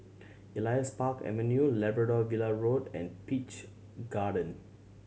Elias Park Avenue Labrador Villa Road and Peach Garden